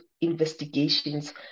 investigations